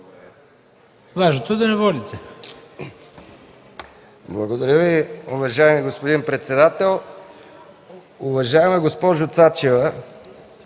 важното е да не водите.